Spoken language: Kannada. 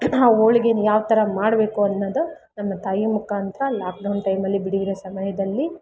ಆ ಹೋಳಿಗೆ ಯಾವ್ತರ ಮಾಡಬೇಕು ಅನ್ನೋದು ನನ್ನ ತಾಯಿಯ ಮುಖಾಂತ್ರ ಲಾಕ್ಡೌನ್ ಟೈಮಲ್ಲಿ ಬಿಡುವಿನ ಸಮಯದಲ್ಲಿ